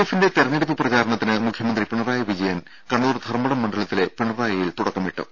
എഫിന്റെ തിരഞ്ഞെടുപ്പ് പ്രചരണത്തിന് മുഖ്യമന്തി പിണറായി വിജയൻ കണ്ണൂർ ധർമ്മടം മണ്ഡലത്തിലെ പിണറായിയിൽ തുടക്കമിട്ടു